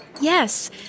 Yes